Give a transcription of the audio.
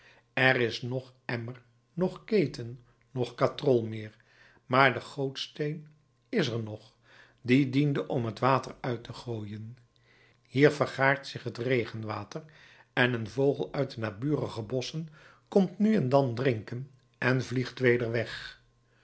er is noch emmer noch keten noch katrol meer maar de gootsteen is er nog die diende om t water uit te gooien hier vergaart zich het regenwater en een vogel uit de naburige bosschen komt nu en dan drinken en vliegt weder weg